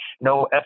no